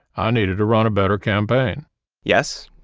i needed to run a better campaign yes,